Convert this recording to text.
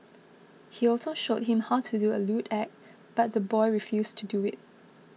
he also showed him how to do a lewd act but the boy refused to do it